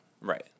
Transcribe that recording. Right